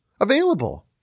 available